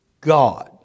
God